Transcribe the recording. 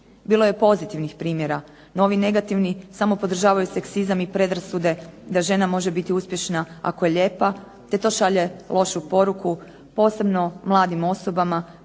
Bilo je pozitivnih primjera, no ovi negativni samo podržavaju seksizam i predrasude da žena može biti uspješna ako je lijepa, te to šalje lošu poruku, posebno mladim osobama